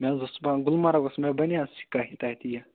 مےٚ حظ اوس صُبحن گُلمرگ وسُن مےٚ بنیٛا سِکٲے تتہِ یہِ